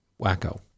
wacko